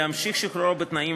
להמשיך את שחרורו בתנאים,